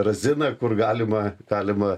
razina kur galima galima